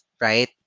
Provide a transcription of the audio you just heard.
right